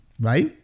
right